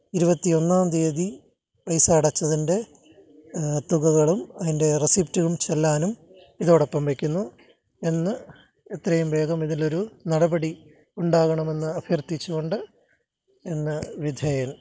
ഇരുപത്തിയൊന്നാം തീയതി പൈസ അടച്ചതിന്റെ തുകകളും അതിന്റെ റെസിപ്റ്റും ചെല്ലാനും ഇതോടൊപ്പം വെയ്ക്കുന്നു എന്ന് എത്രയും വേഗം ഇതിലൊരു നടപടി ഉണ്ടാകണമെന്ന് അഭ്യർത്ഥിച്ച് കൊണ്ട് എന്ന് വിധേയൻ